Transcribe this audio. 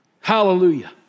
Hallelujah